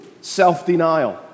self-denial